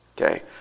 okay